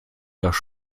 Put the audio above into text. dass